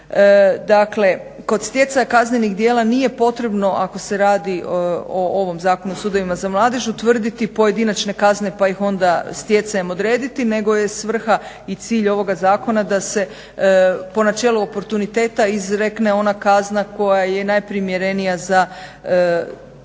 Dakle kod stjecanja kaznenih djela nije potrebno ako se radi o ovom Zakonu o sudovima za mladež utvrditi pojedinačne kazne pa ih onda stjecajem odrediti nego je svrha i cilj ovoga zakona da se po načelu oportuniteta izrekne ona kazna koja je najprimjerenija za